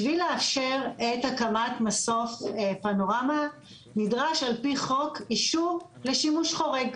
בשביל לאשר את הקמת מסוף פנורמה נדרש על פי חוק אישור לשימוש חורג.